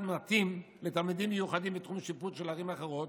מתאים לתלמידים מיוחדים בתחום השיפוט של הערים האחרות,